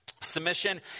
Submission